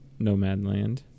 Nomadland